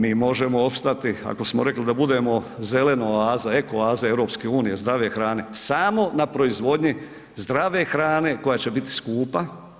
Mi možemo opstati, ako smo rekli da budemo zelena oaza, eko oaza EU-e, zdrave hrane, samo na proizvodnji zdrave hrane koja će biti skupa.